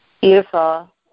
Beautiful